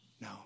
no